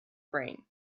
brain